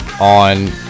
on